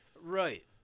Right